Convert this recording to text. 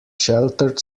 sheltered